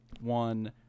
one